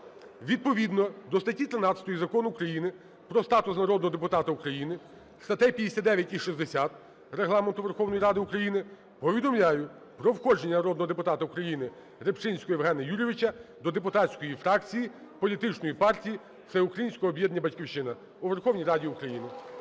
Відповідно до статті 13 Закону України "Про статус народного депутата України", статей 59 і 60 Регламенту Верховної Ради України повідомляю про входження народного депутата УкраїниРибчинського Євгена Юрійовича до депутатської фракції політичної партії "Всеукраїнського об'єднання "Батьківщина" у Верховній Раді України.